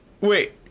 wait